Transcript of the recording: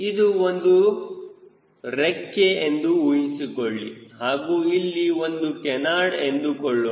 ಇದು ಒಂದು ರೆಕ್ಕೆ ಎಂದು ಊಹಿಸಿಕೊಳ್ಳಿ ಹಾಗೂ ಇಲ್ಲಿ ಒಂದು ಕೇನಾರ್ಡ್ ಎಂದುಕೊಳ್ಳೋಣ